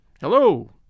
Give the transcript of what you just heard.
Hello